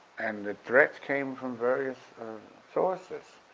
and the threats came from various sources.